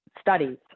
studies